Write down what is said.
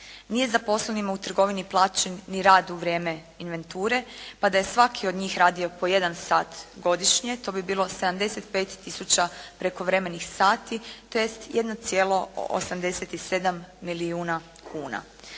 Nije zaposlenima u trgovini plaćen ni rad u vrijeme inventure. Pa da je svaki od njih radio po jedan sat godišnje, to bi bilo 75 tisuća prekovremenih sati, tj. 1,87 milijuna kuna.